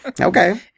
Okay